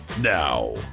Now